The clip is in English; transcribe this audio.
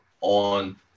on